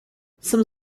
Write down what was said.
some